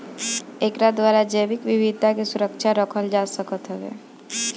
एकरा द्वारा जैविक विविधता के सुरक्षित रखल जा सकत हवे